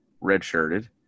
red-shirted